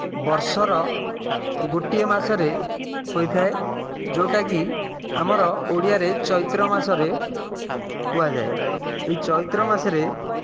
ବର୍ଷର ଗୋଟିଏ ମାସରେ ହୋଇଥାଏ ଯେଉଁଟାକି ଆମର ଓଡ଼ିଆରେ ଚୈତ୍ର ମାସରେ କୁହାଯାଏ ଏହି ଚୈତ୍ର ମାସରେ